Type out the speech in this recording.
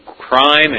crime